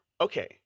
Okay